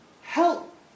help